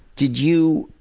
did you,